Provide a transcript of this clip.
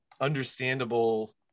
understandable